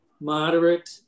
moderate